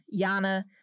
Yana